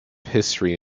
history